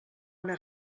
una